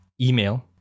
email